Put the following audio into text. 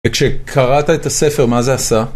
וכשקראת את הספר, מה זה עשה?